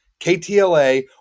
KTLA